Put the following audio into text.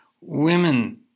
Women